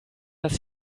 dass